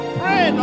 pray